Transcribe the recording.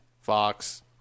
Fox